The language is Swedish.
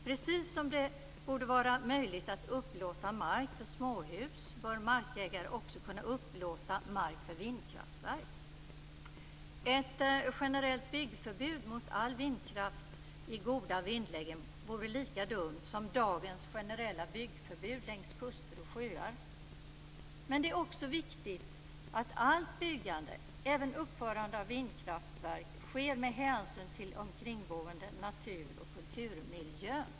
Precis som det borde vara möjligt att upplåta mark för småhus, bör markägare också kunna upplåta mark för vinkraftverk. Ett generellt byggförbud mot all vindkraft i goda vindlägen vore lika dumt som dagens generella byggförbud längs kuster och sjöar. Men det är också viktigt att allt byggande, även uppförande av vindkraftverk, sker med hänsyn till omkringboende, natur och kulturmiljön.